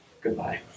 Goodbye